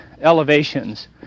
elevations